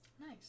nice